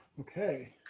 okay.